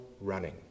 running